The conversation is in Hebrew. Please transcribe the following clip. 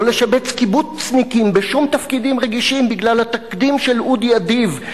לא לשבץ קיבוצניקים בשום תפקידים רגישים בגלל התקדים של אודי אדיב,